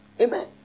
Amen